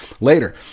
later